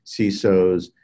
CISOs